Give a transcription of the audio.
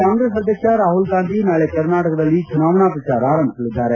ಕಾಂಗ್ರೆಸ್ ಅಧ್ಯಕ್ಷ ರಾಹುಲ್ಗಾಂಧಿ ನಾಳೆ ಕರ್ನಾಟಕದಲ್ಲಿ ಚುನಾವಣಾ ಪ್ರಚಾರ ಆರಂಭಿಸಲಿದ್ದಾರೆ